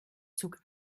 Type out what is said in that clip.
zog